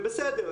והם בסדר.